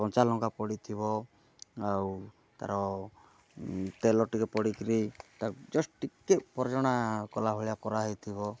କଞ୍ଚାଲଙ୍କା ପଡ଼ିଥିବ ଆଉ ତା'ର ତେଲ ଟିକିଏ ପଡ଼ିକିରି ତାକୁ ଜଷ୍ଟ୍ ଟିକିଏ ପର୍ଜଣା କଲା ଭଳିଆ କରାହୋଇଥିବ